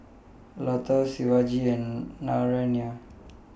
Lata Shivaji and Naraina